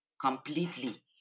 Completely